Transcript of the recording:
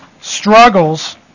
struggles